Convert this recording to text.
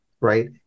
right